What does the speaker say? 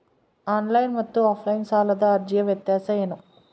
Online ಮತ್ತು offline ಸಾಲದ ಅರ್ಜಿಯ ವ್ಯತ್ಯಾಸ ಏನು?